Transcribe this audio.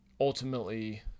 ultimately